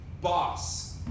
boss